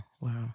wow